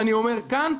ואני אומר כאן,